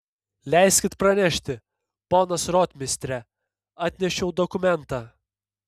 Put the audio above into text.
leiskit pranešti ponas rotmistre atnešiau dokumentą